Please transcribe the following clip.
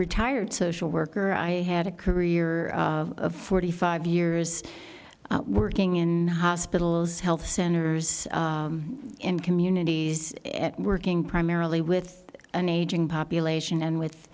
retired social worker i had a career of forty five years working in hospitals health centers in communities working primarily with an aging population and with